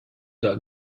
dog